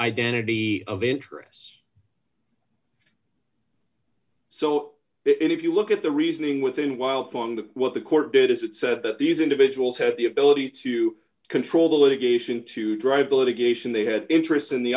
identity of interests so if you look at the reasoning within while following that what the court did is it said that these individuals had the ability to control the litigation to drive the litigation they had interests in the